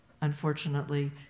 unfortunately